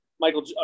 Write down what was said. Michael